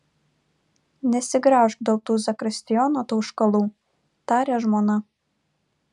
nesigraužk dėl tų zakristijono tauškalų tarė žmona